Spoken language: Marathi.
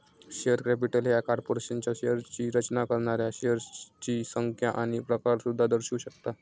शेअर कॅपिटल ह्या कॉर्पोरेशनच्या शेअर्सची रचना करणाऱ्या शेअर्सची संख्या आणि प्रकार सुद्धा दर्शवू शकता